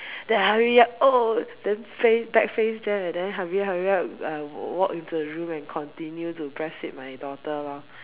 then hurry up oh then face back face them then hurry hurry hurry up walk into the room and continue to breastfeed my daughter lor